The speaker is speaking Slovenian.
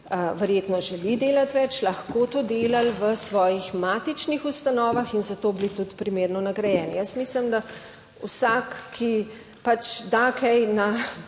verjetno želi delati več, lahko to delali v svojih matičnih ustanovah in za to bili tudi primerno nagrajeni. Jaz mislim, da vsak, ki pač da kaj na